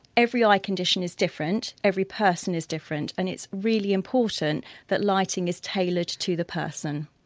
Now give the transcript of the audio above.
every eye condition is different, every person is different and it's really important that lighting is tailored to the person.